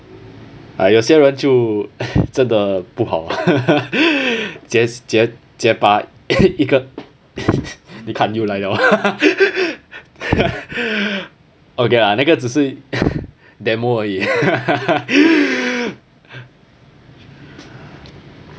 ah 有些人就真的不好玩 just just just 把一个你看又来:bs yi ge ni kan you lai liao okay lah 那个只是 demo 而已